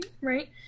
right